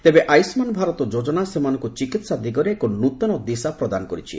ତେବେ ଆୟୁଷ୍ମାନ୍ ଭାରତ ଯୋଜନା ସେମାନଙ୍କୁ ଚିକିତ୍ସା ଦିଗରେ ଏକ ନୃତନ ଦିଶା ପ୍ରଦାନ କରିଛି